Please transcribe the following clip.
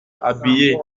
habillé